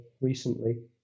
recently